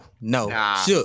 No